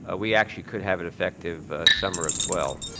ah we actually could have an effective summer of twelve